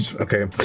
okay